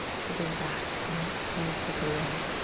to give back, not to take away.